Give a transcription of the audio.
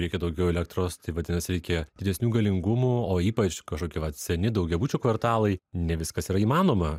reikia daugiau elektros tai vadinas reikia didesnių galingumų o ypač kažkokie vat seni daugiabučių kvartalai ne viskas yra įmanoma